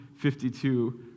52